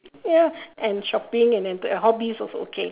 ya and shopping and then your hobbies also okay